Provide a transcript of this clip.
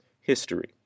history